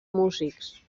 músics